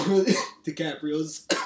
DiCaprio's